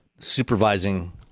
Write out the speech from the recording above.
supervising